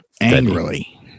Angrily